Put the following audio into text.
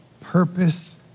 purpose